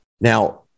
Now